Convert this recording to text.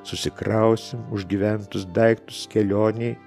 susikrausim užgyventus daiktus kelionei